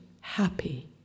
happy